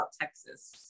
Texas